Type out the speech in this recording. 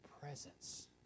presence